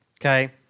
Okay